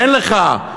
אין לך.